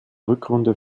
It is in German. rückrunde